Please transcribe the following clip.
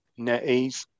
NetEase